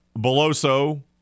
Beloso